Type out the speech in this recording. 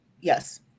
yes